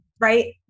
right